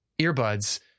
earbuds